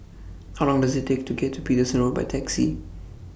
How Long Does IT Take to get to Paterson Road By Taxi